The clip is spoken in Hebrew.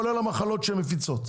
כולל המחלות שהם מפיצים.